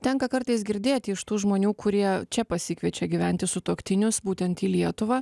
tenka kartais girdėti iš tų žmonių kurie čia pasikviečia gyventi sutuoktinius būtent į lietuvą